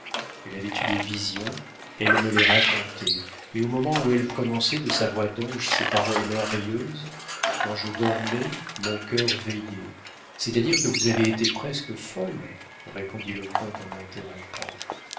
elle avait eu des visions elle me les racontait mais au moment où elle prononça de sa voix d'ange ces paroles merveilleuses quand je dormais mon cœur veillait c'est-à-dire que vous avez été presque folle répondit le comte en l'interrompant